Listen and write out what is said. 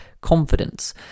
confidence